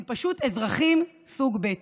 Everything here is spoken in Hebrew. הם פשוט אזרחים סוג ב'.